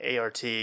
ART